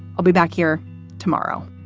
i'll be back here tomorrow